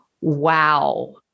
Wow